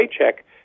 paycheck